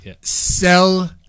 sell